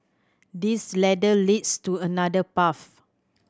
this ladder leads to another path